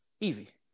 Easy